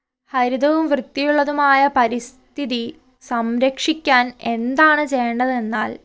ഹരിതവും വൃത്തിയുള്ളതുമായ പരിസ്ഥിതി സംരക്ഷിക്കാൻ എന്താണ് ചെയ്യേണ്ടതെന്നാൽ